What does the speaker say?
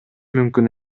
мүмкүн